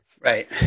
Right